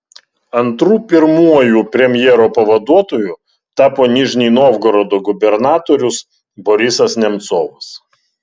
antru pirmuoju premjero pavaduotoju tapo nižnij novgorodo gubernatorius borisas nemcovas